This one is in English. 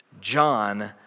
John